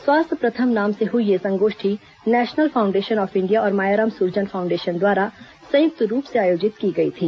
स्वास्थ्य प्रथम नाम से हुई यह संगोष्ठी नेशनल फाउंडेशन ऑफ इंडिया और मायाराम सुरजन फाउंडेशन द्वारा संयुक्त रूप से आयोजित की गई थी